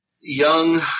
Young